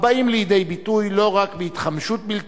הבאים לידי ביטוי לא רק בהתחמשות בלתי